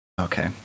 Okay